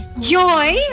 joy